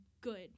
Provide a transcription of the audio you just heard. good